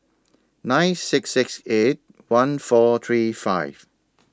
nine six six eight one four three five